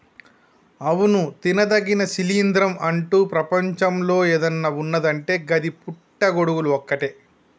అవును తినదగిన శిలీంద్రం అంటు ప్రపంచంలో ఏదన్న ఉన్నదంటే గది పుట్టి గొడుగులు ఒక్కటే